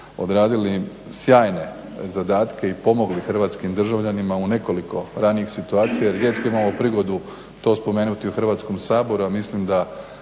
odradili sjajne zadatke i pomogli hrvatskim državljanima u nekoliko ranijih situacija jer rijetko imamo prigodu to spomenuti u Hrvatskom saboru a mislim da